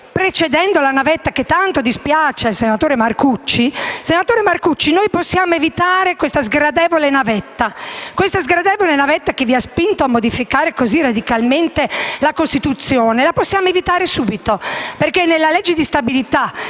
evitare la navetta che tanto dispiace al senatore Marcucci. Senatore Marcucci, questa sgradevole navetta che vi ha spinto a modificare così radicalmente la Costituzione la possiamo evitare subito, perché nella legge di stabilità,